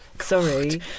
sorry